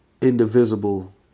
Indivisible